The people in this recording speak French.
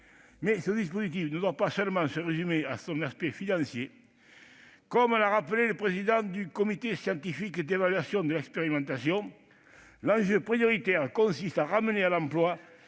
Mais ce dispositif ne doit pas s'apprécier seulement à l'aune de son aspect financier. Comme l'a rappelé le président du Comité scientifique d'évaluation de l'expérimentation, « l'enjeu prioritaire consiste à ramener à l'emploi